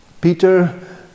Peter